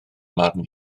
marn